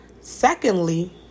Secondly